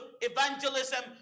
evangelism